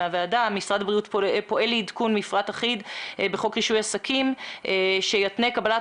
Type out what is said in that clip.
משרד הבריאות פועל לעדכון מפרט אחיד בחוק רישוי עסקים שיתנה קבלת